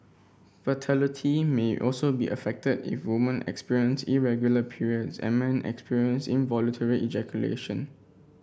fertility may also be affected if woman experience irregular periods and men experience involuntary ejaculation